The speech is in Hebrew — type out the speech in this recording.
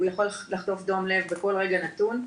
הוא יכול לחטוף דום לב בכל רגע נתון.